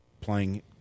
playing